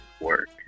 work